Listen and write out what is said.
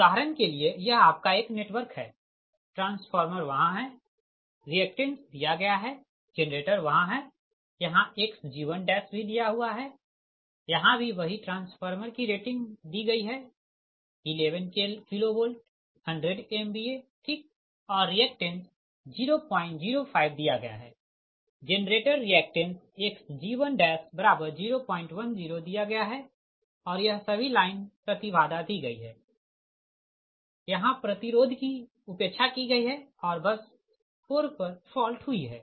उदाहरण के लिए यह आपका एक नेटवर्क है ट्रांसफॉर्मर वहाँ है रिएक्टेंस दिया गया है जेनरेटर वहाँ है यहाँ xg1 भी दिया हुआ है यहाँ भी वही ट्रांसफार्मर की रेटिंग दी गई है 11 kV 100 MVAठीक और रिएक्टेंस 005 दिया गया है जेनरेटर रिएक्टेंस xg1010 दिया गया है और यह सभी लाइन प्रति बाधा दी गई है प्रतिरोध की उपेक्षा की गई है और बस 4 पर फॉल्ट हुई है